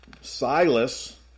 silas